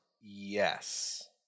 Yes